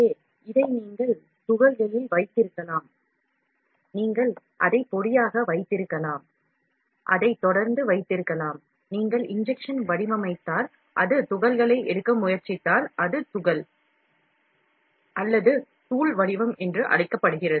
எனவே இதை நீங்கள் துகள்களில் வைத்திருக்கலாம் நீங்கள் அதை பொடியாக வைத்திருக்கலாம் அதை ஒரு ஸ்பூல் வடிவத்தில் வைத்திருக்கலாம் நீங்கள் injection வடிவமைத்தளை எடுத்துக்கொண்டால் அதில் பொருள் என்பது துகள் அல்லது தூள் வடிவிலோ காணப்படும்